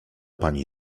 pani